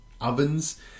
ovens